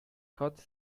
hot